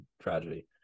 tragedy